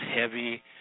heavy